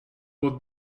will